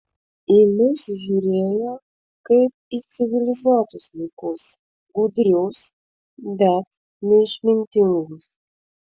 į mus žiūrėjo kaip į civilizuotus vaikus gudrius bet neišmintingus